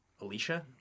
Alicia